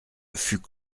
fut